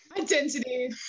Identity